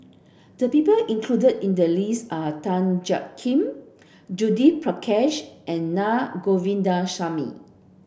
the people included in the list are Tan Jiak Kim Judith Prakash and Na Govindasamy